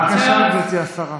בבקשה, גברתי השרה.